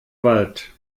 wald